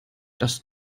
das